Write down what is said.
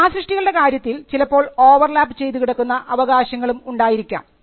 കലാസൃഷ്ടികളുടെ കാര്യത്തിൽ ചിലപ്പോൾ overlap ചെയ്തുകിടക്കുന്ന അവകാശങ്ങളും ഉണ്ടായിരിക്കാം